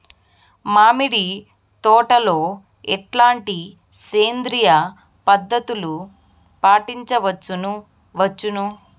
మామిడి తోటలో ఎట్లాంటి సేంద్రియ పద్ధతులు పాటించవచ్చును వచ్చును?